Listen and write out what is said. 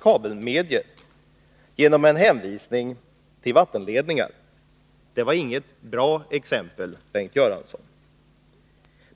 kabelmediet genom en hänvisning till vattenledningar. Det var inget bra exempel, Bengt Göransson.